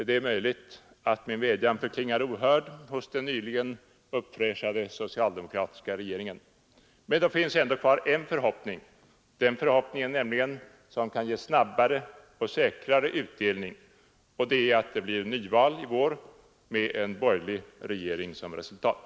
Det är möjligt att min vädjan förklingar ohörd hos den nyligen uppfräschade socialdemokratiska regeringen, men då finns ändå kvar en förhoppning som kan ge snabbare och säkrare utdelning: att det blir nyval med en borgerlig regering som resultat.